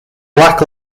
black